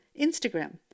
Instagram